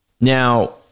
Now